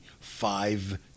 five